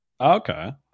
Okay